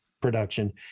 production